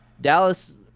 Dallas –